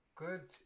good